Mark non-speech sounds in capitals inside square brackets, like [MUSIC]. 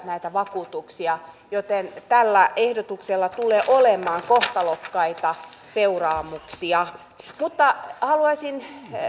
[UNINTELLIGIBLE] näitä vakuutuksia joten tällä ehdotuksella tulee olemaan kohtalokkaita seuraamuksia haluaisin